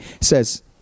says